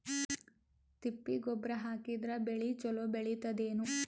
ತಿಪ್ಪಿ ಗೊಬ್ಬರ ಹಾಕಿದರ ಬೆಳ ಚಲೋ ಬೆಳಿತದೇನು?